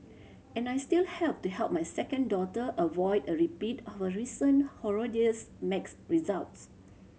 and I still have to help my second daughter avoid a repeat of her recent horrendous maths results